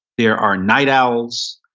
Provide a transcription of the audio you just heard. there are night owls,